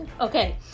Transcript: Okay